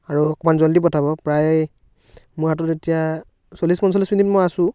আৰু অকণমান জল্দি পঠাব প্ৰায় মোৰ হাতত এতিয়া চল্লিছ পঞ্চলিছ মিনিট মই আছোঁ